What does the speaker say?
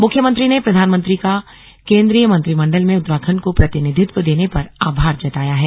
मुख्यमंत्री ने प्रधानमंत्री का केंद्रीय मंत्रिमंडल में उत्तराखंड को प्रतिनिधित्व देने पर आभार जताया है